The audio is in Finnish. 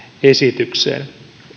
esitykseen